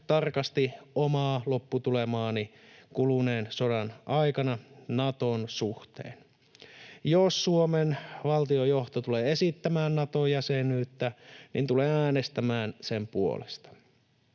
tarkasti omaa lopputulemaani kuluneen sodan aikana Naton suhteen. Jos Suomen valtiojohto tulee esittämään Nato-jäsenyyttä, niin tulen äänestämään sen puolesta.